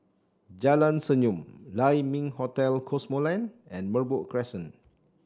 Jalan Senyum Lai Ming Hotel Cosmoland and Merbok Crescent